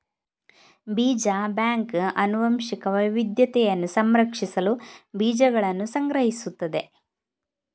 ಬೀಜ ಬ್ಯಾಂಕ್ ಆನುವಂಶಿಕ ವೈವಿಧ್ಯತೆಯನ್ನು ಸಂರಕ್ಷಿಸಲು ಬೀಜಗಳನ್ನು ಸಂಗ್ರಹಿಸುತ್ತದೆ